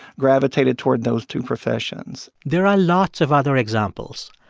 gravitated toward those two professions there are lots of other examples.